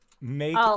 Make